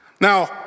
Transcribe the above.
Now